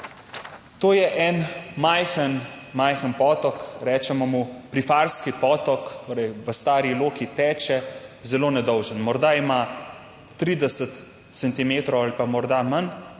majhen, majhen potok, rečemo mu Prifarski potok, torej v Stari Loki teče zelo nedolžen, morda ima 30 centimetrov ali pa morda manj.